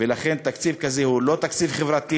ולכן, תקציב כזה הוא לא תקציב חברתי